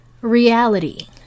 reality